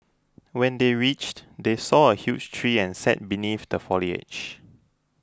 when they reached they saw a huge tree and sat beneath the foliage